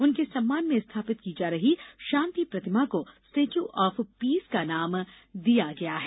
उनके सम्मान में स्थापित की जा रही शांति प्रतिमा को स्टेचू ऑफ पीस का नाम दिया गया है